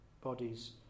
bodies